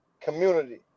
community